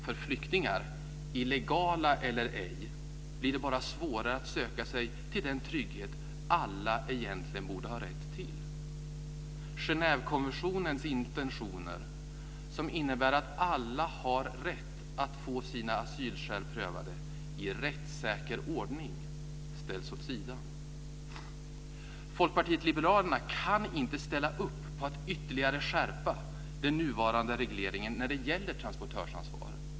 För flyktingarna, illegala eller ej, blir det bara svårare att söka sig till den trygghet alla egentligen borde ha rätt till. Genèvekonventionens intentioner, som innebär att alla har rätt att få sina asylskäl prövade i rättssäker ordning, ställs åt sidan. Folkpartiet liberalerna kan inte ställa upp på att ytterligare skärpa den nuvarande regleringen när det gäller transportörsansvar.